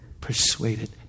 persuaded